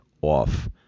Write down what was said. off